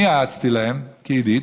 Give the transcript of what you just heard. אני ייעצתי להם, כידיד: